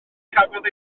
cafodd